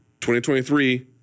2023